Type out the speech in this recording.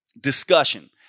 discussion